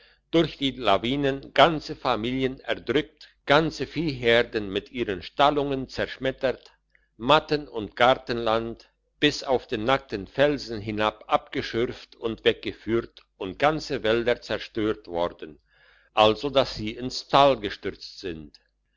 durch die lawinen ganze familien erdrückt ganze viehherden mit ihren stallungen zerschmettert matten und gartenland bis auf den nackten felsen hinab aufgeschürft und weggeführt und ganze wälder zerstört worden also dass sie ins tal gestürzt sind